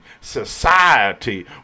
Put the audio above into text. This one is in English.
society